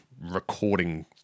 recording